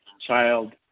child